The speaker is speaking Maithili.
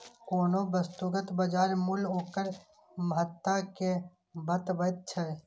कोनो वस्तुक बाजार मूल्य ओकर महत्ता कें बतबैत छै